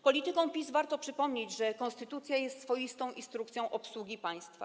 Politykom PiS warto przypomnieć, że konstytucja jest swoistą instrukcją obsługi państwa.